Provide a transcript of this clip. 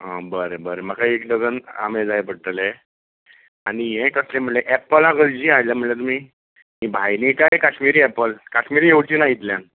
हां बरें बरें बरें म्हाका एक डजन आमे जाय पडटले आनी हें कसलें म्हळें एपलां कशीं हाडलीं म्हणलें तुमी हीं भायलीं काय काश्मिरी एपल काश्मिरी येवची ना इतल्यान